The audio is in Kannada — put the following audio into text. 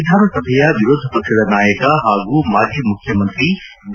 ವಿಧಾನಸಭೆ ವಿರೋಧ ಪಕ್ಷದ ನಾಯಕ ಹಾಗೂ ಮಾಜಿ ಮುಖ್ಯಮಂತ್ರಿ ಬಿ